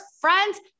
friend's